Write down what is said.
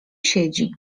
siedzi